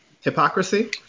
hypocrisy